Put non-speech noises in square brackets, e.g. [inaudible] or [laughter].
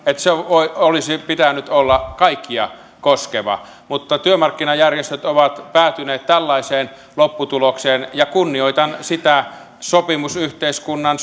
että sen olisi pitänyt olla kaikkia koskeva mutta työmarkkinajärjestöt ovat päätyneet tällaiseen lopputulokseen ja kunnioitan sitä sopimusyhteiskunnan [unintelligible]